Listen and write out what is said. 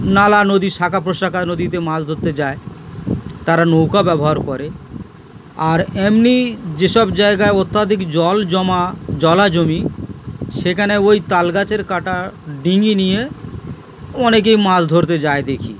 নালা নদী শাখা প্রশাখা নদীতে মাছ ধরতে যায় তারা নৌকা ব্যবহার করে আর এমনি যেসব জায়গায় অত্যাধিক জল জমা জলা জমি সেখানে ওই তালগাছের কাটা ডিঙ্গি নিয়ে অনেকেই মাছ ধরতে যায় দেখি